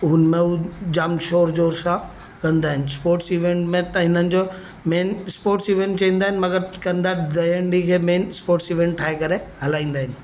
हुनमें उहे जाम शोर जोर सां कंदा आहिनि स्पोट्स ईवेंट में त हिननि जो मेन स्पोट्स ईवेंट चवंदा आहिनि मगरि कंदा मेन स्पोट्स ईवेंट ठाहे करे हलाईंदा आहिनि